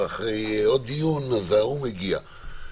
ולאחר עוד דיון ההוא מגיע.